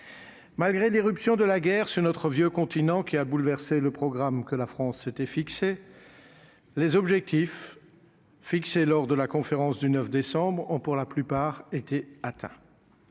Malgré l'éruption de la guerre sur notre vieux continent qui a bouleversé le programme que la France s'était fixé les objectifs fixés lors de la conférence du 9 décembre ont pour la plupart été atteint,